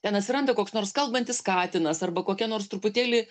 ten atsiranda koks nors kalbantis katinas arba kokia nors truputėlį